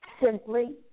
simply